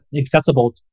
accessible